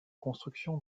construction